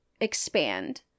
expand